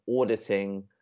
auditing